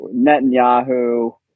Netanyahu